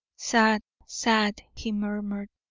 sad! sad! he murmured.